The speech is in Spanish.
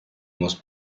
amos